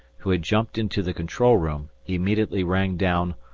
who had jumped into the control room, immediately rang down,